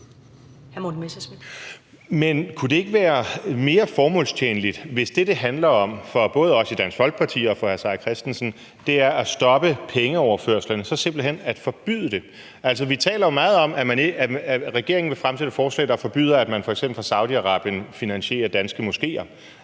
Men kunne det ikke være mere formålstjenligt, hvis det, som det handler om for både os i Dansk Folkeparti og for hr. Peter Seier Christensen, er at stoppe pengeoverførslerne, så simpelt hen at forbyde det? Altså, vi taler jo meget om, at regeringen vil fremsætte et forslag, der forbyder, at man f.eks. fra Saudi-Arabien finansierer danske moskéer.